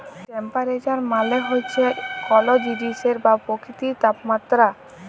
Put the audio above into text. temperature মালে হছে কল জিলিসের বা পকিতির তাপমাত্রা